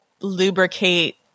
lubricate